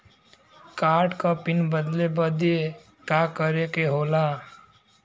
Card क pin बदले बदी का करे के होला?